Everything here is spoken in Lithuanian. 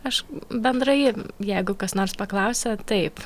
aš bendrai jeigu kas nors paklausia taip